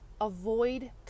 avoid